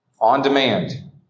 on-demand